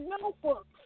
notebooks